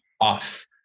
off